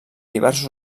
diversos